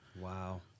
Wow